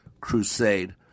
crusade